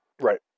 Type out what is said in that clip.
Right